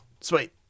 sweet